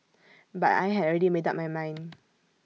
but I had already made up my mind